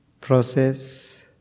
process